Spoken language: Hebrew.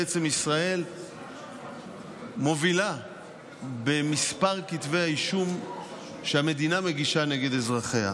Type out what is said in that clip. בעצם ישראל מובילה במספר כתבי האישום שהמדינה מגישה נגד אזרחיה.